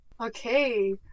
Okay